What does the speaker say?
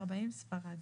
(40) ספרד."